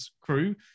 crew